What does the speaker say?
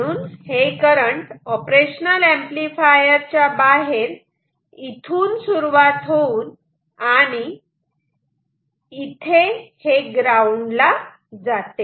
म्हणून हे current operational amplifier च्या बाहेर इथून सुरुवात होऊन आणि असे इथे हे ग्राउंड ला जाते